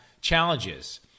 challenges